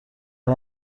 عمه